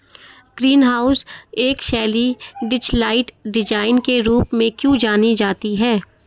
Green house की एक शैली डचलाइट डिजाइन के रूप में क्यों जानी जाती है?